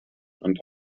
und